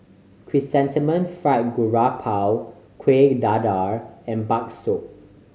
Chrysanthemum Fried Garoupa Kueh Dadar and bakso